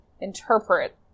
interpret